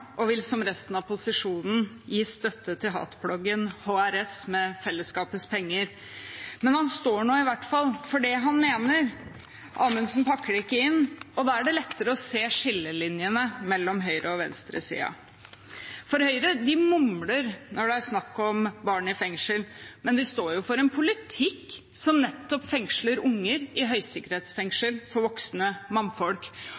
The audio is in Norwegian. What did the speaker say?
– vil gi støtte til hatbloggen HRS med fellesskapets penger. Han står nå i hvert fall for det han mener. Amundsen pakker det ikke inn, og da er det lettere å se skillelinjene mellom høyresiden og venstresiden. For Høyre mumler når det er snakk om barn i fengsel, men de står jo for en politikk som nettopp fengsler unger i